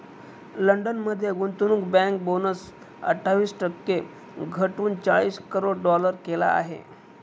London मध्ये गुंतवणूक bank bonus अठ्ठावीस टक्के घटवून चाळीस करोड डॉलर केला आहे